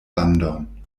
landon